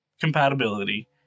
compatibility